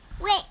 Wait